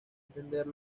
entender